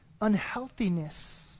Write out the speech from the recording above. unhealthiness